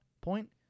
point